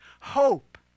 hope